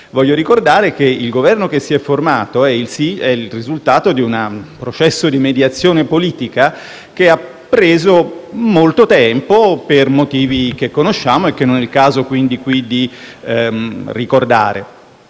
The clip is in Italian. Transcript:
Voglio ricordare che il Governo che si è formato è il risultato di un processo di mediazione politica che ha preso molto tempo per motivi che conosciamo e che non è il caso qui di ricordare.